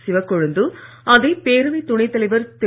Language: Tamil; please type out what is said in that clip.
சிவகொழுந்து அதை பேரவை துணை தலைவர் திரு